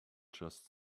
just